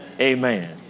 Amen